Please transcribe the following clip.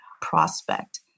prospect